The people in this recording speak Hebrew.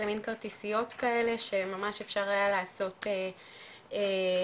מין כרטיסיות כאלה שממש אפשר היה לעשות בדיקה